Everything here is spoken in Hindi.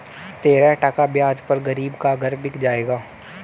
तेरह टका ब्याज पर गरीब का घर बिक जाएगा